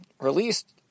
released